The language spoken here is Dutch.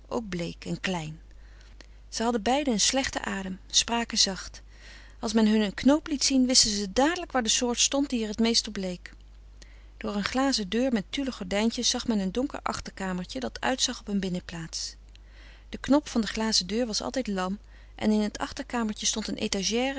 ook bleek en klein zij hadden beiden een slechten adem spraken zacht als men hun een knoop liet zien wisten ze dadelijk waar de soort stond die er t meest op leek door een glazen deur met tulle gordijntjes zag men een donker achterkamertje dat uitzag op een binnenplaats de knop van de glazen deur was altijd lam en in het achterkamertje stond een etagère